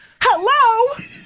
Hello